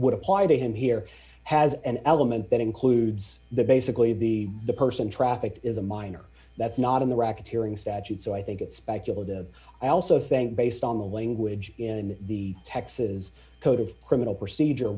would apply to him here has an element that includes the basically the the person traffic is a minor that's not in the racketeering statute so i think it's speculative i also think based on the language in the texas code of criminal procedure